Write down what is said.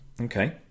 Okay